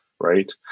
Right